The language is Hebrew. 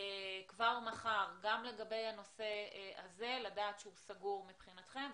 כבר מחר לגבי הנושא הזה לדעת שהוא סגור מבחינתכם,